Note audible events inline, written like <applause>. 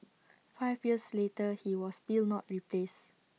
<noise> five years later he was still not replaced